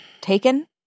Taken